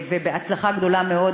בהצלחה גדולה מאוד,